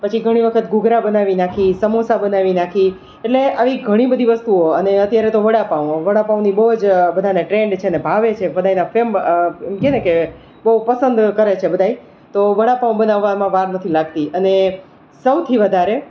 પછી ઘણી વખત ઘૂઘરા બનાવી નાખીએ સમોસાં બનાવી નાખીએ એટલે આવી ઘણી બધી વસ્તુઓ અને અત્યારે તો વડાપાઉં વડાપાઉંની બહુ જ બધાને ટ્રેન્ડ છે અને ભાવે છે બધાયના ફેમ એમ કે ને કે બહુ પસંદ કરે છે બધાય તો વડાપાઉં બનાવવા એમાં વાર નથી લાગતી અને સૌથી વધારે